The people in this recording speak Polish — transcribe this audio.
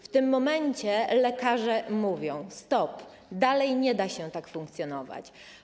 W tym momencie lekarze mówią: stop, dalej nie da się tak funkcjonować.